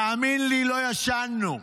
תאמין לי, לא ישנו.